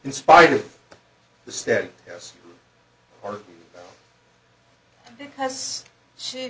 in spite of the steady yes or no because she